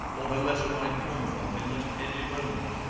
or a letter might come from him at any moment.